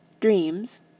dreams